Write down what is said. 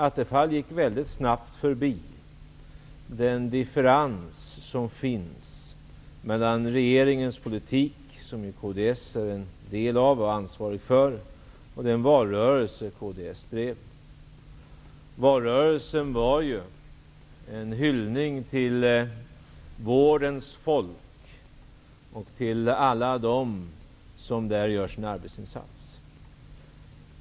Attefall gick snabbt förbi den differens som finns mellan regeringens politik, som ju kds är en del av och ansvarig för, och den valrörelse som kds drev. Valrörelsen var en hyllning till vårdens folk, till alla dem som där gör sin arbetsinsats.